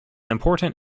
important